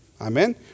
Amen